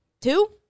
Two